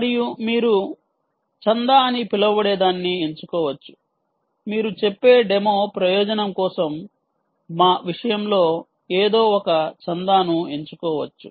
మరియు మీరు చందా అని పిలవబడేదాన్ని ఎంచుకోవచ్చు మీరు చెప్పే డెమో ప్రయోజనం కోసం మా విషయంలో ఏదో ఒక చందాను ఎంచుకోవచ్చు